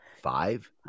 five